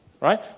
Right